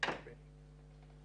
בני דודיאן.